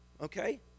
Okay